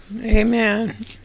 Amen